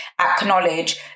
acknowledge